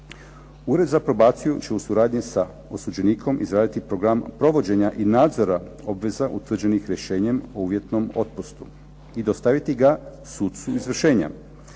Ured za probaciju će u suradnji sa osuđenikom izraditi program provođenja i nadzora obveza utvrđenih rješenjem o uvjetnom otpustu i dostaviti ga sucu izvršenja.